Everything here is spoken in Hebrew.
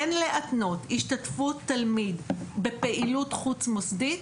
אין להתנות השתתפות תלמיד בפעילות חוץ מוסדית,